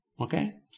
Okay